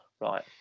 Right